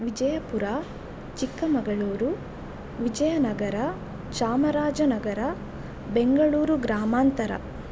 ವಿಜಯಪುರ ಚಿಕ್ಕಮಗಳೂರು ವಿಜಯನಗರ ಚಾಮರಾಜನಗರ ಬೆಂಗಳೂರು ಗ್ರಾಮಾಂತರ